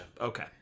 Okay